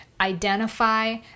identify